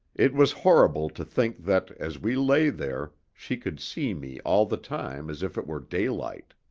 it was horrible to think that, as we lay there, she could see me all the time as if it were daylight.